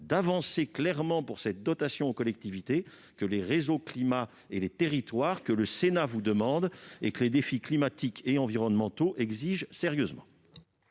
d'avancer clairement en faveur de cette dotation aux collectivités que les réseaux climats et les territoires ainsi que le Sénat vous demandent et que les défis climatiques et environnementaux exigent sérieusement